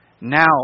Now